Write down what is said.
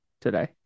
today